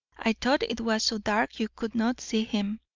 i thought it was so dark you could not see him.